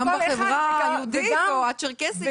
גם בחברה היהודית או הצ'רקסית,